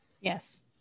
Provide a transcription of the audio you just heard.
Yes